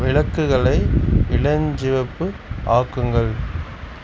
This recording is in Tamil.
விளக்குகளை இளஞ்சிவப்பு ஆக்குங்கள்